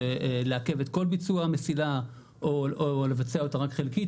הנחייה לעכב את כל ביצוע המסילה או לבצע אותה רק חלקית.